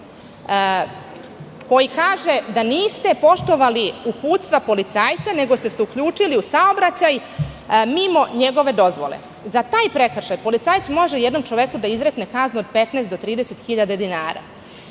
koji kaže da niste poštovali uputstva policajca, nego ste se uključili u saobraćaj mimo njegove dozvole. Za taj prekršaj policajac može čoveku da izrekne kaznu od 15 do 30 hiljada